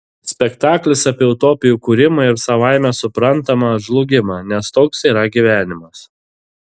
spektaklis apie utopijų kūrimą ir savaime suprantama žlugimą nes toks yra gyvenimas